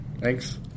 Thanks